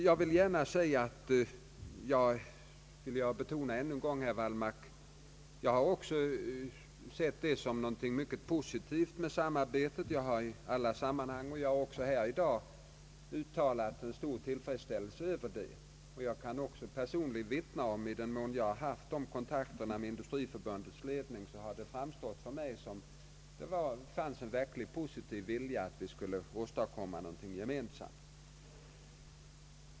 Jag vill gärna betona än en gång att jag också har sett detta samarbete som någonting mycket positivt i alla sammanhang. Jag har också i dag uttalat en stor tillfredsställelse däröver. Jag kan även personligen vittna om att det, i den mån jag har haft kontakter med Industriförbundets ledning, har framstått för mig så att det finns en verkligt positiv vilja att åstadkomma någonting gemensamt.